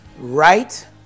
right